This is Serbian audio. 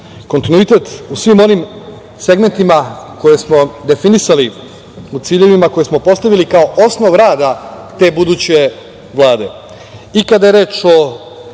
Kontinuitet u svim onim segmentima koje smo definisali, u ciljevima koje smo postavili kao osnov rada te buduće Vlade